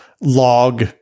log